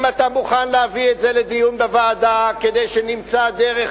אם אתה מוכן להביא את זה לדיון בוועדה כדי שנמצא דרך,